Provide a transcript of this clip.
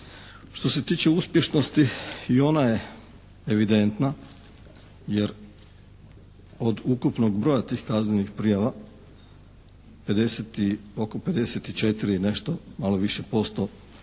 Što se tiče uspješnosti i ona je evidentna jer od ukupnog broja tih kaznenih prijava oko 54 i nešto malo više posto